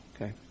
Okay